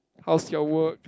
how's your work